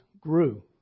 grew